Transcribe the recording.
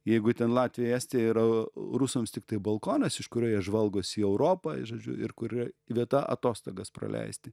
jeigu ten latvija estija yra rusams tiktai balkonas iš kurio jie žvalgosi į europą žodžiu ir kur yra vieta atostogas praleisti